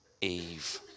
Eve